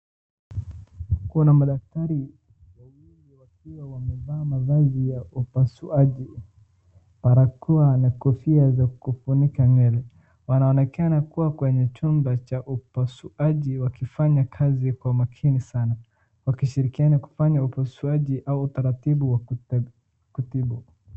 Kuna madaktari wawili wakiwa wamevaa mavazi ya upasuaji, barakoa na kofia za kufunika nywele. Wanaonekana kuwa kwenye chumba cha upasuaji wakifanya kazi kwa makini sana. Wakishirikiana kufanya upasuajia au utaratibu wa kutibu.